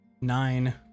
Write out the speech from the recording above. nine